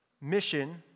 mission